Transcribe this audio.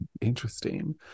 interesting